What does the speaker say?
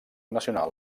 nacional